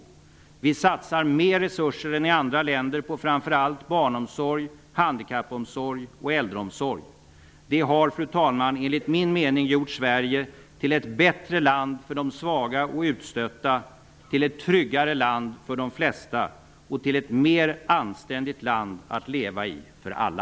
Vi satsar mer resurser än i andra länder på framför allt barnomsorg, handikappomsorg och äldreomsorg. Det har, fru talman, enligt min mening gjort Sverige till ett bättre land för de svaga och utstötta, till ett tryggare land för de flesta och till ett mer anständigt land att leva i för alla.